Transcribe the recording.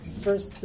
first